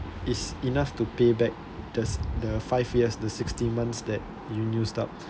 is enough to pay back just the five years the sixty months that you used up